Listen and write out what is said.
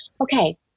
okay